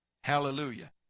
Hallelujah